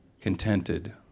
contented